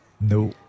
No